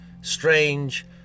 Strange